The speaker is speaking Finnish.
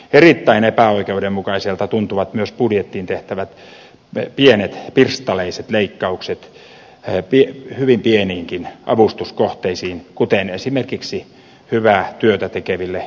erittäin epäoikeudenmukaiselta tuntuvat myös budjettiin tehtävät pienet pirstaleiset leikkaukset hyvin pieniinkin avustuskohteisiin kuten esimerkiksi hyvää työtä tekeville järjestöille